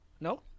No